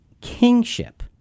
kingship